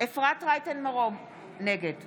אפרת רייטן מרום, נגד